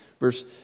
Verse